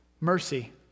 mercy